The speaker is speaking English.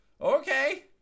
Okay